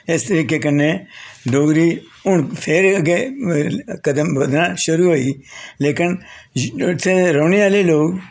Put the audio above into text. इस तरीके कन्नै डोगरी हून फिर गै कदम बधना शुरु होई लेकिन उत्थें रौह्नें आह्ले लोग